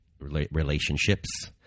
relationships